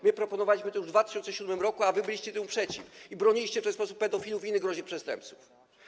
My proponowaliśmy to już w 2007 r., a wy byliście temu przeciwni i broniliście w ten sposób pedofilów i innych groźnych przestępców.